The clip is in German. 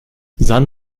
san